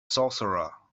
sorcerer